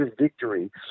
victory